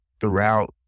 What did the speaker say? throughout